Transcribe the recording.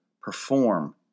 perform